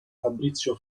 fabrizio